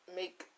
make